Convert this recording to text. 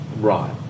Right